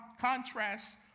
contrast